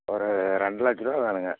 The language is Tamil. ஒரு ரெண்டு லட்சம் ருபா வேணுமுங்க